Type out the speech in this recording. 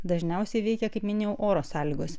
dažniausiai veikia kaip minėjau oro sąlygos